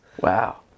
wow